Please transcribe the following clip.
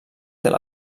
tel